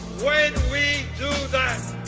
when we do that,